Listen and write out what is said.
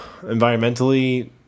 environmentally